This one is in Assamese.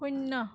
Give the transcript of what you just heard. শূন্য